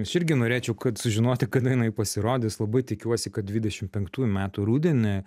aš irgi norėčiau kad sužinoti kada jinai pasirodys labai tikiuosi kad dvidešim penktųjų metų rudenį